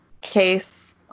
case